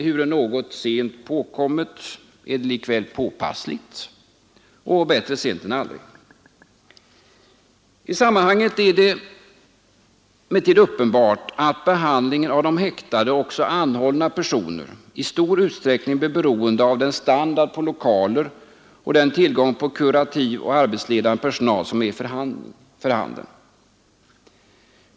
Ehuru något sent påkommet var det likväl påpassligt gjort, och bättre sent än aldrig! I sammanhanget är det emellertid uppenbart att behandlingen av häktade — och även av anhållna — personer i stor utsträckning blir beroende av den standard på lokaler och den tillgång på kurativ och arbetsledande personal som är för handen.